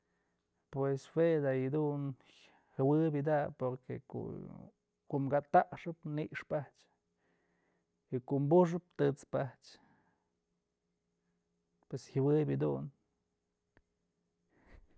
Pues jue da yëdun jëwebyë da'a porque ko'o dun kom ka taxëp ni'ixpë a'ax y kom buxëp tët'spë a'axë pues jawëp jedun.